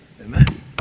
Amen